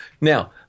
Now